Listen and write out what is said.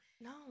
no